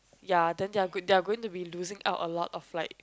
ya then they're g~ they're going to be losing out a lot of like